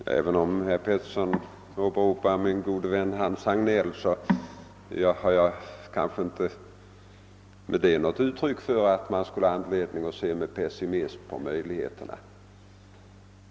Herr talman! Att herr Petersson i Gäddvik åberopar min gode vän Hans Hagnell tar jag inte som något uttryck för att man skulle ha anledning att se med pessimism på möjligheterna härvidlag.